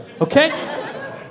okay